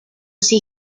see